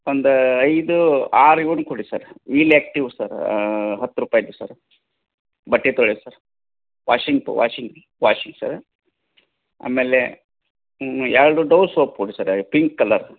ಒಂದಾ ಐದು ಆರು ಇವುನ್ನ ಕೊಡಿ ಸರ್ ವೀಲ್ ಆ್ಯಕ್ಟಿವ್ ಸರ್ ಹತ್ತು ರುಪಾಯ್ದು ಸರ್ ಬಟ್ಟೆ ತೊಳೆಯೋದ್ ಸರ್ ವಾಷಿಂಗ್ ಪೌ ವಾಷಿಂಗ್ ವಾಷಿ ಸರ್ ಆಮೇಲೆ ಎರಡು ಡವ್ ಸೋಪ್ ಕೊಡಿ ಸರ್ ಪಿಂಕ್ ಕಲರ್